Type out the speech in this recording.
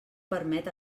permet